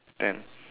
ten